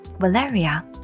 Valeria